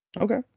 okay